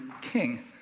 king